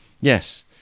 Yes